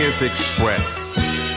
Express